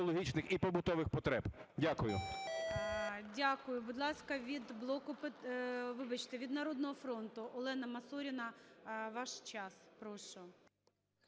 Дякую